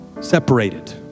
separated